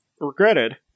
regretted